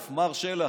מר שלח,